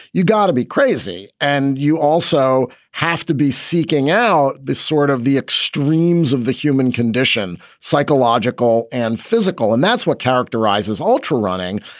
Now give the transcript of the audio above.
got to be crazy. and you also have to be seeking out the sort of the extremes of the human condition, psychological and physical. and that's what characterizes ultra running.